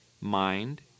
mind